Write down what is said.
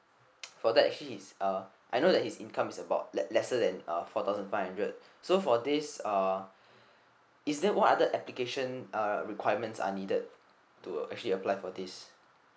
for that he's uh I know that his income is about less lesser than uh four thousand five hundred so for this uh is there what other application uh requirements are needed to actually apply for this